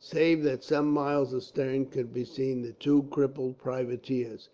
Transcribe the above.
save that some miles astern could be seen the two crippled privateers,